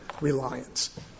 reliance